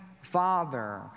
Father